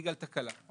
בגלל תקלה.